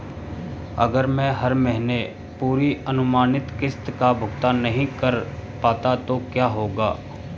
अगर मैं हर महीने पूरी अनुमानित किश्त का भुगतान नहीं कर पाता तो क्या होगा?